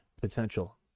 potential